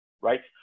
right